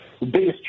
biggest